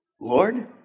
Lord